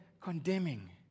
condemning